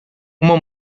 uma